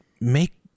make